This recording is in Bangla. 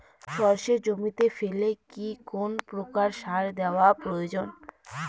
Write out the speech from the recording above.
সর্ষে জমিতে ফেলে কি কোন প্রকার সার দেওয়া প্রয়োজন?